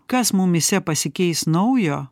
kas mumyse pasikeis naujo